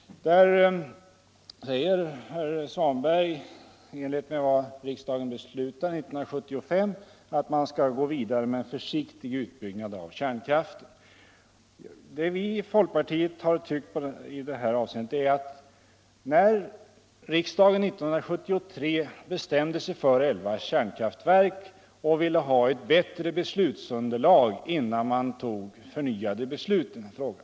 Där säger herr Svanberg att man i enlighet med vad riksdagen beslutade 1975 skall gå vidare med en försiktig utbyggnad av kärnkraften. När riksdagen 1973 bestämde sig för 11 kärnkraftverk ville man ha ett bättre beslutsunderlag innan man tog förnyade beslut i denna fråga.